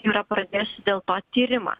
yra pradėsiu dėl to tyrimą